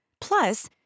Plus